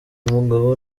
mugabo